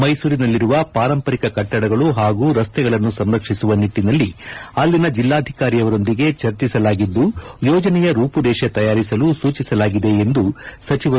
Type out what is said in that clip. ಮೈಸೂರಿನಲ್ಲಿರುವ ಪಾರಂಪರಿಕ ಕಟ್ಟಡಗಳು ಹಾಗೂ ರಸ್ತೆಗಳನ್ನು ಸಂರಕ್ಷಿಸುವ ನಿಟ್ಟನಲ್ಲಿ ಅಲ್ಲಿನ ಜಿಲ್ಲಾಧಿಕಾರಿಯವರೊಡನೆ ಚರ್ಚಿಸಲಾಗಿದ್ದು ಯೋಜನೆಯ ರೂಪುರೇಷೆ ತಯಾರಿಸಲು ಸೂಚಿಸಲಾಗಿದೆ ಎಂದರು